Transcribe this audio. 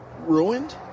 ruined